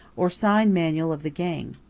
or sign-manual of the gang.